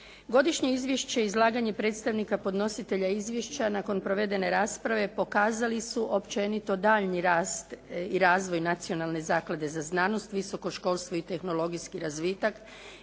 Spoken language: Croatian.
Godišnje izvješće izlaganje predstavnika podnositelja izvješća nakon provedene rasprave pokazali su općenito daljnji rast i razvoj Nacionalne zaklade za znanost, visoko školstvo i tehnologijski razvitak